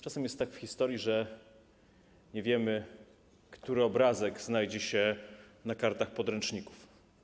Czasem jest tak w historii, że nie wiemy, który obrazek znajdzie się na kartach podręczników.